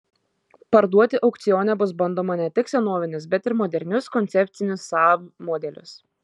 parduoti aukcione bus bandoma ne tik senovinius bet ir modernius koncepcinius saab modelius